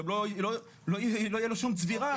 לא יהיה לו שום צבירה,